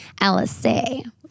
LSA